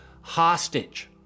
hostage